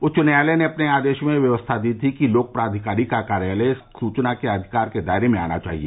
उच्च न्यायालय ने अपने आदेश में व्यवस्था दी थी कि लोक प्राधिकारी का कार्यालय सूचना के अधिकार के दायरे में आना चाहिए